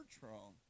wrong